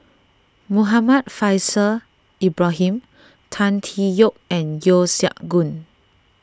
Muhammad Faishal Ibrahim Tan Tee Yoke and Yeo Siak Goon